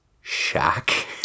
shack